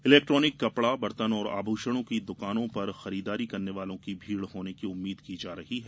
electronic कपड़ा बर्तन और आभूषणों की द्कानों पर खरीददारी करने वालो की भीड़ होने की उम्मीद की जा रही है